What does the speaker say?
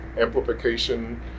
amplification